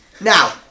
Now